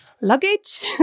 luggage